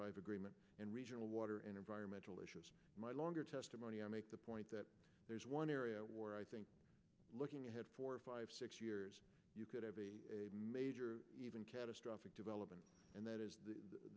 five agreement and regional water and environmental issues my longer testimony i make the point that there is one area where i think looking ahead four five six years you could have a major even catastrophic development and that is the